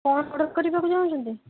କ'ଣ ଅର୍ଡ଼ର୍ କରିବାକୁ ଚାହୁଁଛନ୍ତି